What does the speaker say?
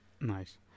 nice